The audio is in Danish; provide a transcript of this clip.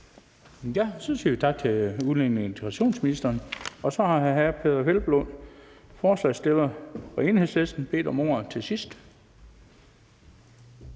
Så siger vi tak til udlændinge- og integrationsministeren. Så har hr. Peder Hvelplund, forslagsstiller fra Enhedslisten, bedt om ordet til sidst.